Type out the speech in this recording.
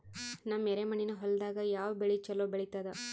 ನಮ್ಮ ಎರೆಮಣ್ಣಿನ ಹೊಲದಾಗ ಯಾವ ಬೆಳಿ ಚಲೋ ಬೆಳಿತದ?